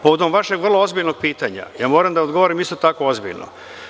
Povodom vašeg vrlo ozbiljnog pitanja, moram da odgovorim isto tako ozbiljno.